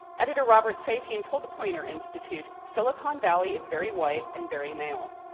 editor robert safian told the poynter institute, silicon valley is very white and very male.